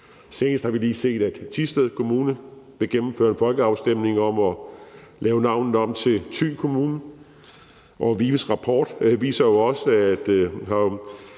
Senest har vi lige set, at Thisted Kommune vil gennemføre en folkeafstemning om at lave navnet om til Thy Kommune. VIVEs rapport, som